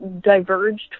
diverged